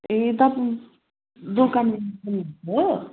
ए तपाईँ दोकानबाट बोल्नु भएको हो